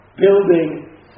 building